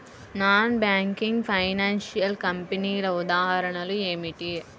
Non banking financial కంపెనీల ఉదాహరణలు ఏమిటి?